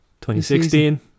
2016